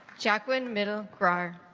jacqueline middle gras